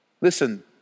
Listen